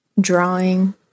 drawing